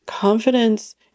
Confidence